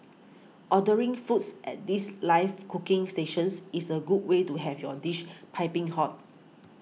ordering foods at these live cooking stations is a good way to have your dishes piping hot